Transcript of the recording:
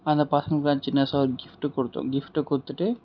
அந்த பசங்களுக்கெல்லாம் சின்னதாக ஒரு கிஃப்ட் கொடுத்தோம் கிஃப்ட் கொடுத்துட்டு